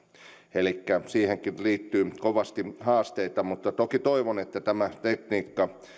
elikkä siihenkin liittyy kovasti haasteita mutta toki toivon että tämä tekniikka